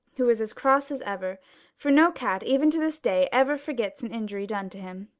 who was as cross as ever for no cat, even to this day, ever forgets an injury done to him.